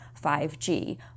5G